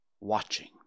watching